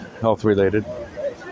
health-related